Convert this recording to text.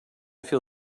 feel